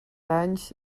anys